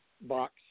box